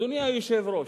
אדוני היושב-ראש,